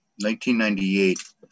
1998